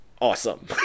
awesome